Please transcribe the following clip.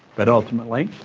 but ultimately,